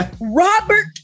Robert